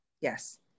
Yes